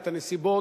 את הנסיבות,